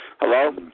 Hello